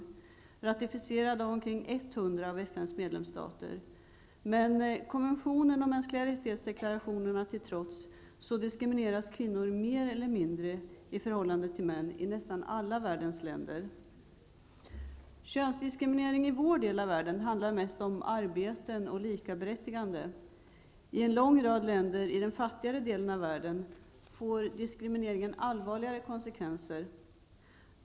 Den ratificerades av omkring 100 av FN:s medlemstater. Men denna konvention och deklarationerna om mänskliga rättigheter till trots diskrimineras kvinnor i förhållande till män mer eller mindre i nästan alla världens länder. Könsdiskriminering i vår del av världen handlar mest om arbeten och likaberättigande. I en lång rad länder i den fattigare delen av världen får diskrimineringen allvarligare konsekvenser.